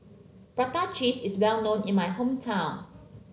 Prata Cheese is well known in my hometown